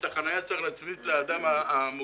את החניה צריך להצמיד לאדם המוגבל,